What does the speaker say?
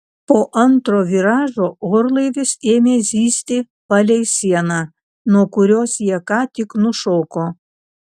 po antro viražo orlaivis ėmė zyzti palei sieną nuo kurios jie ką tik nušoko